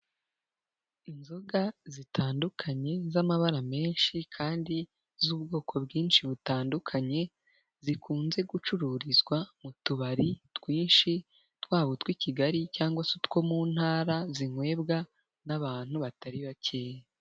Inzoga zitandukanye z'amabara menshi kandi z'ubwoko bwinshi butandukanye, zikunze gucururizwa mu tubari twinshi, twaba utw'i Kigali cyangwa se utwo mu Ntara zinywebwa n'abantu batari bake.